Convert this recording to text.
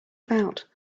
about